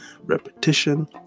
repetition